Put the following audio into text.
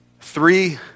three